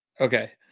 Okay